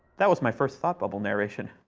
that was my first thought bubble narration!